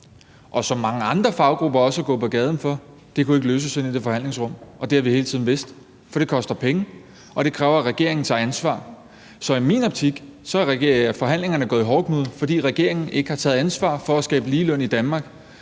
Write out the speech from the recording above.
og som mange andre faggrupper også er gået på gaden for, ikke kunne løses inde i det forhandlingsrum, og det har vi hele tiden vidst. For det koster penge, og det kræver, at regeringen tager ansvar. Så i min optik er forhandlingerne gået i hårdknude, fordi regeringen ikke har taget ansvar for at skabe ligeløn i Danmark.